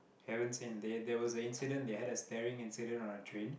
haven't seen there was an incident they had a staring incident on the train